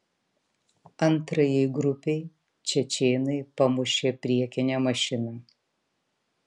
antrajai grupei čečėnai pamušė priekinę mašiną